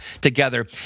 together